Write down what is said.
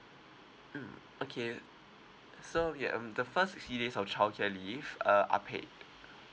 mm okay uh uh so yeah um the first few days of childcare leave uh are paid